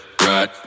right